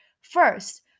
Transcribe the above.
First